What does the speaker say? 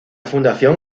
fundación